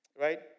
Right